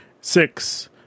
six